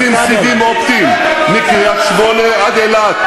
אנחנו עושים סיבים אופטיים מקריית-שמונה עד אילת,